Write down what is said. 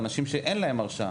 אנשים שאין להם הרשעה.